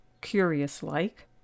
curious-like